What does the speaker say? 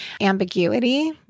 ambiguity